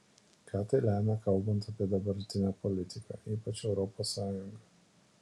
ką tai lemia kalbant apie dabartinę politiką ypač europos sąjungą